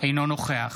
אינו נוכח